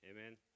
Amen